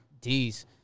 D's